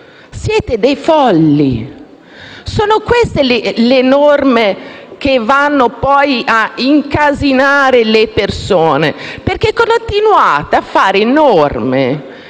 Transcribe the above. Siete dei folli. Sono queste le norme che vanno poi ad incasinare le persone, perché continuate a fare norme